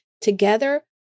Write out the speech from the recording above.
Together